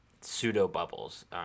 pseudo-bubbles